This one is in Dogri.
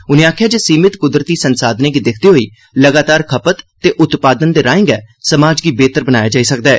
उने आखेआ जे सीमित कृदरती संसाधने गी दिक्खदे होई लगातार खपत ते उत्पादन दे राए गै समाज गी बेहतर बनाया जाई सकदा ऐ